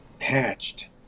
hatched